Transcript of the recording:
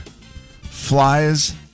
flies